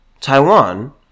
Taiwan